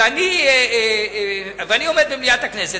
ואני עומד במליאת הכנסת,